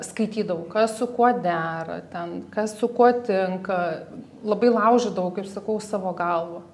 skaitydavau kas su kuo dera ten kas su kuo tinka labai laužydavau kaip sakau savo galvą